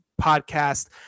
podcast